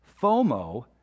FOMO